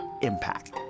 impact